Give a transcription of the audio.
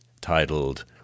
titled